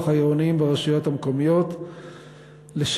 העירוניים ברשויות המקומיות (הוראת שעה) (תיקון) (הארכת תוקף),